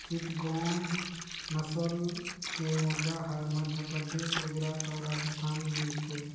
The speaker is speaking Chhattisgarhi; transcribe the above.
चिटगोंग नसल के मुरगा हर मध्यपरदेस, गुजरात अउ राजिस्थान में मिलथे